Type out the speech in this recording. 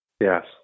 Yes